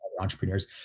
entrepreneurs